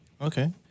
Okay